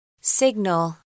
Signal